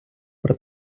про